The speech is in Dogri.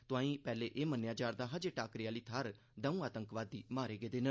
तोआई पैहले एह् मन्नेआ जा'रदा हा जे टाकरे आली थाहर दर्ऊ आतंकवादी मारे गेदे न